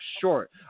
short